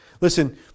Listen